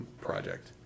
Project